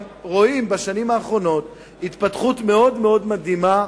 בשנים האחרונות אנחנו גם רואים התפתחות מאוד מאוד מטרידה,